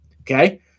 Okay